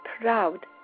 proud